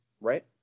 right